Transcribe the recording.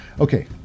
Okay